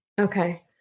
Okay